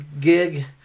gig